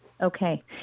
Okay